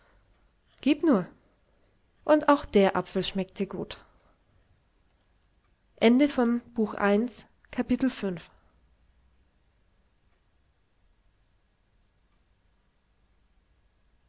gieb nur und auch der apfel schmeckte gut